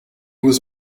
was